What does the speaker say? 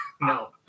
No